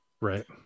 Right